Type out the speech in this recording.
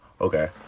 okay